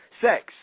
sex